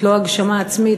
לא הגשמה עצמית,